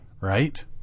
Right